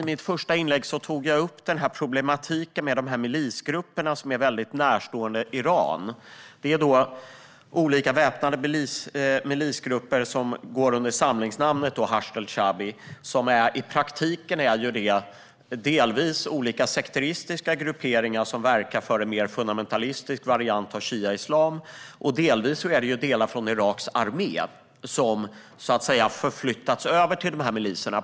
I mitt första inlägg tog jag upp problematiken med de milisgrupper som är väldigt närstående Iran. Det är olika beväpnade milisgrupper, som går under samlingsnamnet Hashd al-Shaabi och som i praktiken är delvis olika sekteristiska grupperingar som verkar för en mer fundamentalistisk variant av shiaislam, delvis delar från Iraks armé som så att säga förflyttats över till de här miliserna.